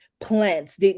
plants